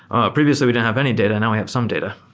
ah previously, we didn't have any data. now we have some data.